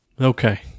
okay